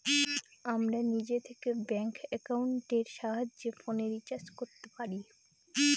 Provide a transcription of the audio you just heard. আমরা নিজে থেকে ব্যাঙ্ক একাউন্টের সাহায্যে ফোনের রিচার্জ করতে পারি